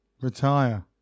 Retire